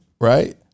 Right